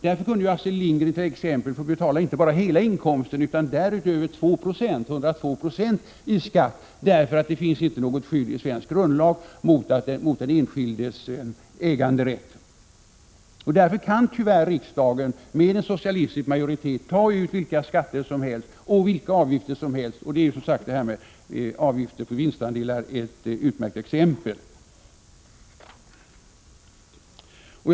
Därför kunde Astrid Lindgren t.o.m. få betala inte bara hela inkomsten utan därutöver 2 96, sammanlagt 102 96, i skatt. Och därför kan tyvärr riksdagen, med en socialistisk majoritet, ta ut vilka skatter och vilka avgifter som helst. Det är som sagt det här med avgifter för vinstandelar ett utmärkt exempel på.